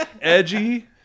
edgy